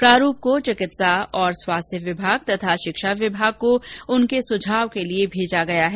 प्रारूप को चिकित्सा और स्वास्थ्य विभाग तथा शिक्षा विभाग को उनके सुझाव के लिए भेजा गया है